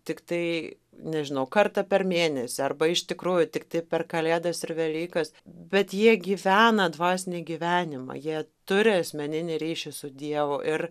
tiktai nežinau kartą per mėnesį arba iš tikrųjų tiktai per kalėdas ir velykas bet jie gyvena dvasinį gyvenimą jie turi asmeninį ryšį su dievu ir